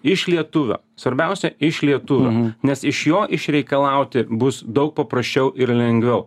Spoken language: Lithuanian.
iš lietuvio svarbiausia iš lietuvio nes iš jo išreikalauti bus daug paprasčiau ir lengviau